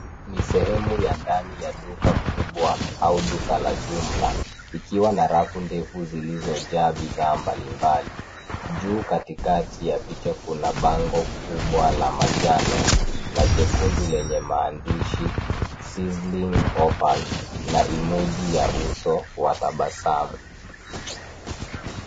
Ni sehemu ya ndani ya duka kubwa au duka la jumla ikiwa na rafu ndevu zilizojaa bidhaa mbalimbali, juu katikati ya chakula bango kubwa la majano na jekundu lenye maandishi [sizzling offers] na[ emoji ]ya uso wa tabasamu.